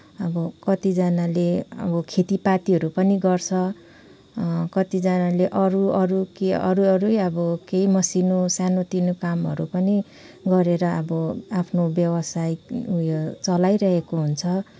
अब कतिजनाले अब खेतीपातीहरू पनि गर्छ कतिजनाले अरू अरू केही अरू अरू अब केही मसिनो सानो तिनो कामहरू पनि गरेर अब आफ्नो व्यवसायीक उयो चलाइरहेको हुन्छ